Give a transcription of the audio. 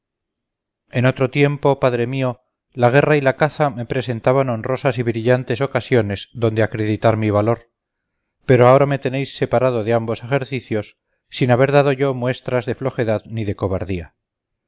en otro tiempo padre mío la guerra y la caza me presentaban honrosas y brillantes ocasiones donde acreditar mi valor pero ahora me tenéis separado de ambas ejercicios sin haber dado yo muestras de flojedad ni de cobardía